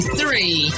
three